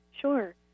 Sure